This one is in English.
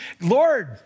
Lord